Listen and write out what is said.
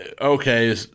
okay